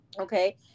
okay